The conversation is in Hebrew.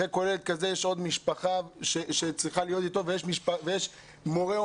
אחרי כל ילד כזה יש עוד משפחה שצריכה להיות אתו ויש מורה או